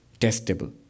testable